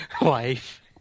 wife